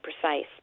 precise